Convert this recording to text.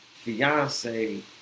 Fiance